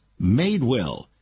Madewell